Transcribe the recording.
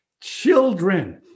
children